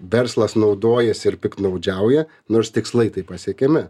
verslas naudojasi ir piktnaudžiauja nors tikslai tai pasiekiami